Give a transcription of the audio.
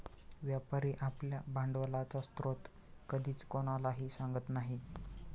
व्यापारी आपल्या भांडवलाचा स्रोत कधीच कोणालाही सांगत नाही